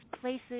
places